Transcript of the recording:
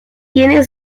tiene